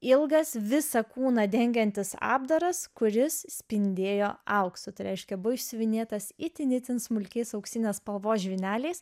ilgas visą kūną dengiantis apdaras kuris spindėjo auksu tai reiškia buvo išsiuvinėtas itin itin smulkiais auksinės spalvos žvyneliais